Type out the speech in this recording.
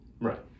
right